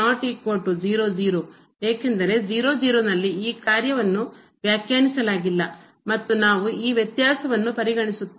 ಈಗ ಏಕೆಂದರೆ ಈ ಕಾರ್ಯವನ್ನು ವ್ಯಾಖ್ಯಾನಿಸಲಾಗಿಲ್ಲ ಮತ್ತು ನಾವು ಈ ವ್ಯತ್ಯಾಸವನ್ನು ಪರಿಗಣಿಸುತ್ತೇವೆ